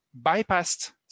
bypassed